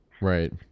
Right